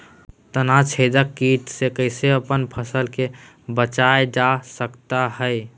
तनाछेदक किट से कैसे अपन फसल के बचाया जा सकता हैं?